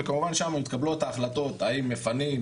וכמובן שם מתקבלות ההחלטות האם מפנים,